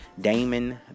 Damon